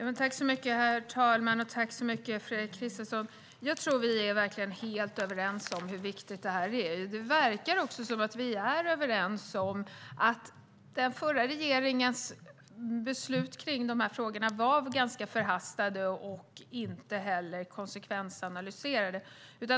Herr talman! Jag tror att Fredrik Christensson och jag är helt överens om hur viktigt det här är. Det verkar också som att vi är överens om att den förra regeringens beslut kring de här frågorna var ganska förhastade och inte konsekvensanalyserade.